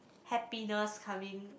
happiness coming